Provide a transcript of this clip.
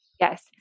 Yes